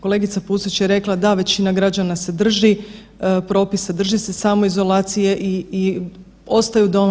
Kolegica Pusić je rekla, da većina građana se drži propisa, drži se samoizolacije i, i ostaju doma.